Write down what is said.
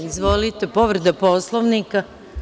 Izvolite, povreda Poslovnika.